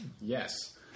yes